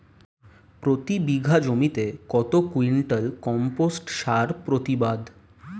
প্রতি বিঘা জমিতে কত কুইন্টাল কম্পোস্ট সার প্রতিবাদ?